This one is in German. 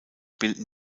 bilden